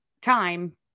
time